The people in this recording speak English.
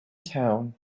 town